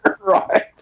Right